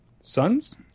Sons